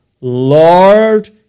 Lord